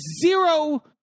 zero